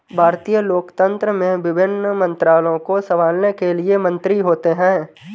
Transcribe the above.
भारतीय लोकतंत्र में विभिन्न मंत्रालयों को संभालने के लिए मंत्री होते हैं